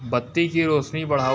बत्ती की रौशनी बढ़ाओ